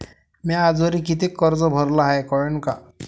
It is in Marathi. म्या आजवरी कितीक कर्ज भरलं हाय कळन का?